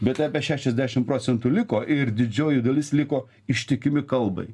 bet apie šešiasdešim procentų liko ir didžioji dalis liko ištikimi kalbai